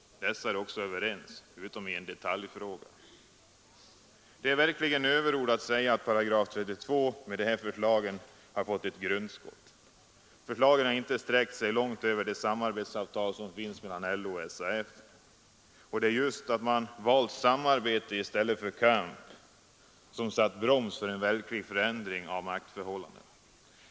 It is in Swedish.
Dessa är också överens, utom i en detaljfråga. Det är verkligen överord att säga att § 32 med de här förslagen har fått ett ”grundskott”. Förslagen har inte sträckt sig långt utöver de ”samarbetsavtal” mellan LO och SAF som redan finns. Och det är just att man valt samarbete i stället för kamp som satt broms för en verklig förändring av maktförhållandena.